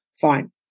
Fine